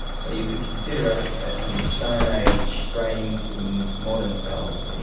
so you could consider us as having stone age brains in modern skulls.